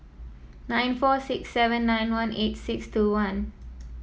nine four six seven nine one eight six two one